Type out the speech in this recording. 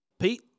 Pete